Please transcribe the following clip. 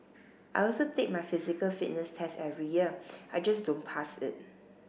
I also take my physical fitness test every year I just don't pass it